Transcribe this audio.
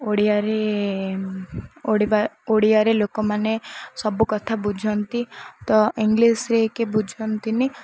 ଓଡ଼ିଆରେ ଓଡ଼ିବା ଓଡ଼ିଆରେ ଲୋକମାନେ ସବୁ କଥା ବୁଝନ୍ତି ତ ଇଂଲିଶରେ କିଏ ବୁଝନ୍ତିନି